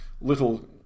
little